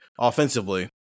Offensively